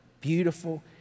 beautiful